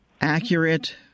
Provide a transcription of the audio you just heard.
accurate